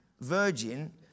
virgin